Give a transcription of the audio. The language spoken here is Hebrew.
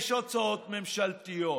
יש הוצאות ממשלתיות.